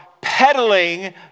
peddling